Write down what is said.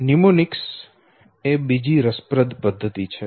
mnemonics એ બીજી રસપ્રદ પદ્ધતિ છે